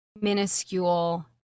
minuscule